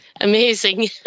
amazing